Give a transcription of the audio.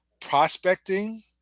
prospecting